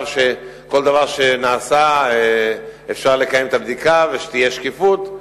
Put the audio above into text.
שלגבי כל דבר שנעשה אפשר לקיים בדיקה ותהיה שקיפות.